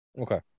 Okay